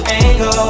angle